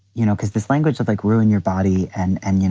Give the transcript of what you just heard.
you know, because this language of, like, ruin your body and, and you know,